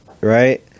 right